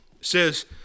says